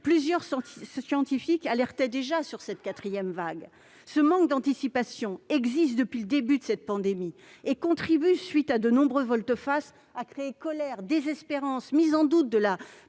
plusieurs scientifiques alertaient déjà sur cette quatrième vague. Ce manque d'anticipation existe depuis le début de cette pandémie et contribue, conséquence de nombreuses volte-face, à créer colère, désespérance, mise en doute de la